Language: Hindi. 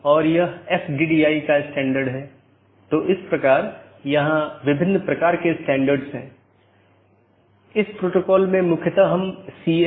तो यह ऐसा नहीं है कि यह OSPF या RIP प्रकार के प्रोटोकॉल को प्रतिस्थापित करता है